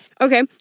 Okay